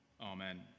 Amen